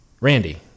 Randy